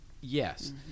Yes